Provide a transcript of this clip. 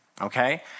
Okay